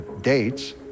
dates